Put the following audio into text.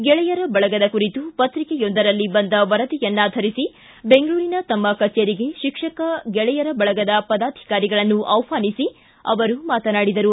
ಗೆಳೆಯರ ಬಳಗದ ಕುರಿತು ಪತ್ರಿಕೆಯೊಂದರಲ್ಲಿ ಬಂದ ವರದಿಯನ್ನಾಧರಿಸಿ ಬೆಂಗಳೂರಿನ ತಮ್ಮ ಕಚೇರಿಗೆ ಶಿಕ್ಷಕ ಗೆಳೆಯರ ಬಳಗದ ಪದಾಧಿಕಾರಿಗಳನ್ನು ಆಹ್ವಾನಿಸಿ ಅವರು ಮಾತನಾಡಿದರು